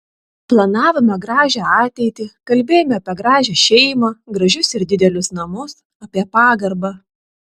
planavome gražią ateitį kalbėjome apie gražią šeimą gražius ir didelius namus apie pagarbą